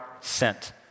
sent